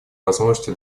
возможности